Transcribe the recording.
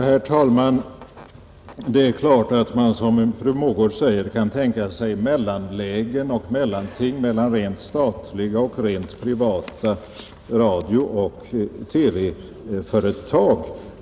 Herr talman! Det är klart att man, som fru Mogård säger, kan tänka sig mellanlägen mellan rent statliga och rent privata radiooch TV-företag.